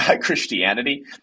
Christianity